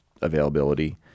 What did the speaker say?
availability